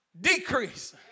decrease